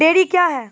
Dairy क्या हैं?